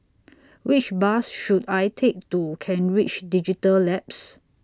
Which Bus should I Take to Kent Ridge Digital Labs